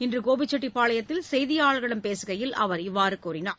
இன்று கோபிச்செட்டிப்பாளையத்தில் செய்தியாளர்களிடம் பேசுகையில் அவர் இவ்வாறு கூறினார்